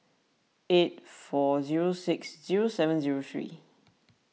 eight four zero six zero seven zero three